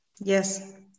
Yes